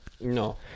No